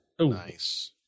Nice